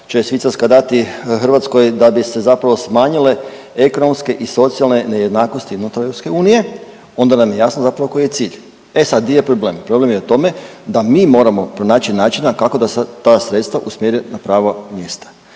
će Švicarska dati Hrvatskoj, da bi se zapravo smanjile ekonomske i socijalne nejednakosti unutar EU, onda nam je jasno zapravo koji je cilj. E sad, di je problem? Problem je u tome da mi moramo pronaći načina kako da se ta sredstva usmjere na pravo mjesto